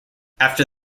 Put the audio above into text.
after